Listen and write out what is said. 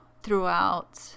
throughout